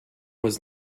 was